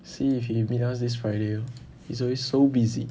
see if he meet us this friday lor he's always so busy